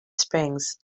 springs